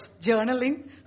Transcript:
journaling